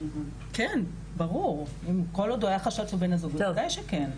כל עוד היה חשד שזה בן הזוג בוודאי שכן.